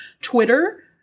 Twitter